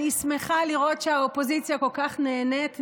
אני שמחה לראות שהאופוזיציה כל כך נהנית.